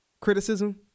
criticism